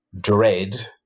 Dread